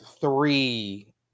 three